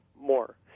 more